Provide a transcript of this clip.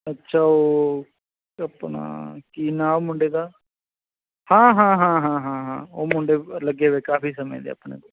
ਅੱਛਾ ਉਹ ਆਪਣਾ ਕੀ ਨਾਂ ਮੁੰਡੇ ਦਾ ਹਾਂ ਹਾਂ ਹਾਂ ਹਾਂ ਹਾਂ ਹਾਂ ਉਹ ਮੁੰਡੇ ਲੱਗੇ ਵੇ ਕਾਫ਼ੀ ਸਮੇਂ ਦੇ ਆਪਣੇ